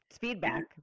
feedback